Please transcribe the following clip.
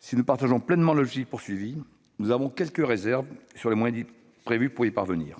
Si nous partageons pleinement l'objectif du texte, nous avons quelques réserves sur les moyens prévus pour l'atteindre.